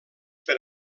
per